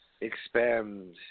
expand